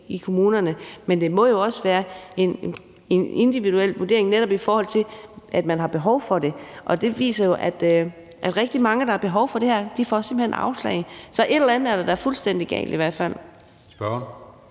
i kommunerne, men det må jo også være en individuel vurdering, netop i forhold til at man har behov for det. Det viser sig jo, at rigtig mange, der har behov for det her, simpelt hen får afslag, så et eller andet er der da i hvert fald